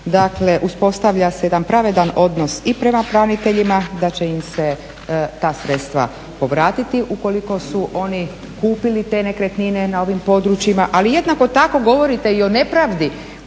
zakona uspostavlja se jedan pravedan odnos i prema braniteljima da će im se ta sredstva povratiti ukoliko su oni kupili te nekretnine na ovim područjima, ali jednako tako govorite i o nepravdi